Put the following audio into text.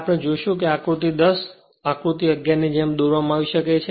આપણે જોશું કે આકૃતિ 10 આકૃતિ 11 ની જેમ દોરવામાં આવી શકે છે